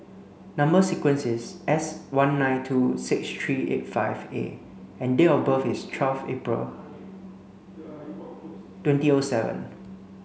number sequence is S one nine two six three eight five A and date of birth is twelve April twenty O seven